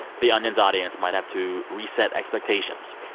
the onion's audience might have to reset expectations.